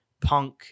punk